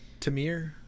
Tamir